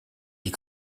die